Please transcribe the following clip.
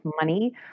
money